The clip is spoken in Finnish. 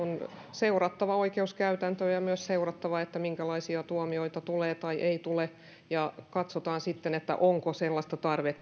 seurattava oikeuskäytäntöä ja on myös seurattava että minkälaisia tuomioita tulee tai ei tule ja katsotaan sitten onko sellaista tarvetta itse